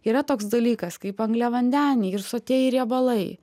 yra toks dalykas kaip angliavandeniai ir sotieji riebalai